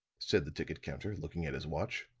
said the ticket counter, looking at his watch.